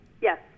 yes